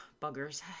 buggers